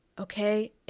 okay